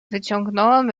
wyciągnąłem